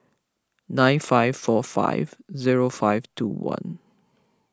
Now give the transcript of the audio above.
nine five four five zero five two one